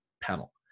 panel